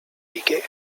decay